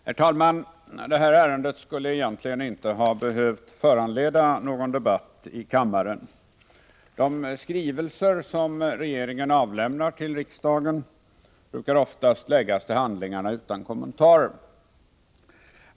Herr talman! Detta ärende skulle egentligen inte ha behövt föranleda någon debatt i kammaren. De skrivelser som regeringen avlämnar till riksdagen brukar oftast läggas till handlingarna utan kommentarer.